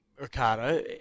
Ricardo